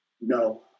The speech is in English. no